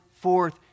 forth